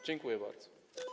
Dziękuję bardzo.